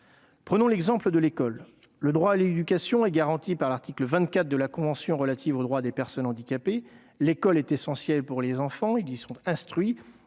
Prenons l'exemple de l'école. Le droit à l'éducation est garanti par l'article 24 de la convention relative aux droits des personnes handicapées. L'école est essentielle pour les enfants : ils y sont instruits